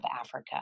Africa